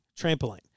trampoline